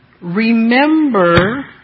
remember